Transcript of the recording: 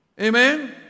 Amen